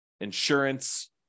insurance